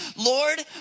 Lord